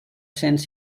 cents